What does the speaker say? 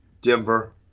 Denver